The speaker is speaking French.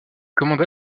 commanda